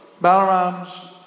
Balaram's